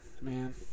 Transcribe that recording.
man